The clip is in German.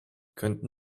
könnten